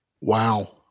Wow